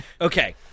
Okay